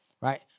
Right